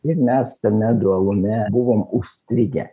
ir mes tame dualume buvome užstrigę